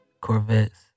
Corvettes